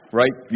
right